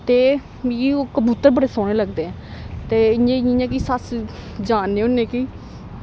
ते मिगी कबूतर बड़े सोह्ने लगदे ऐं ते इयां जियां कि सस जानने होन्ने ऐं कि